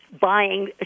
buying